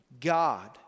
God